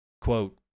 Quote